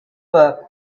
book